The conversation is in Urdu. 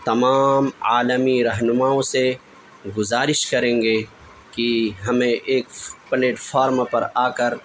تمام عالمی رہنماؤں سے گزارش کریں گے کہ ہمیں ایک پلیٹفارم پر آ کر